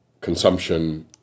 consumption